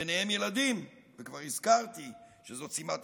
ביניהם ילדים, וכבר הזכרתי שזו סיבת